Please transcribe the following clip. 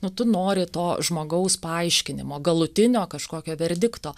nu tu nori to žmogaus paaiškinimo galutinio kažkokio verdikto